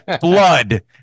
Blood